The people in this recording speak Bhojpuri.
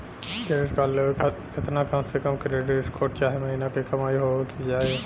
क्रेडिट कार्ड लेवे खातिर केतना कम से कम क्रेडिट स्कोर चाहे महीना के कमाई होए के चाही?